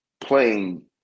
playing